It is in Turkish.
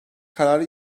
kararı